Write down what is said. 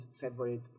favorite